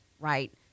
right